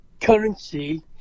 currency